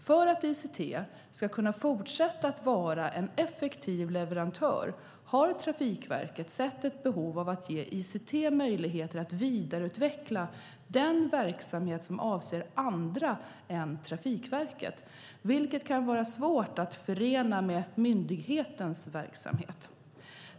För att ICT ska kunna fortsätta att vara en effektiv leverantör har Trafikverket sett ett behov av att ge ICT möjligheter att vidareutveckla den verksamhet som avser andra än Trafikverket, vilket kan vara svårt att förena med myndighetens verksamhet.